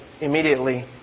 immediately